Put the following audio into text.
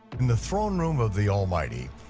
in the throne room of the almighty,